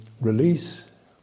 release